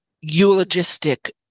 eulogistic